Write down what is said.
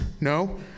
No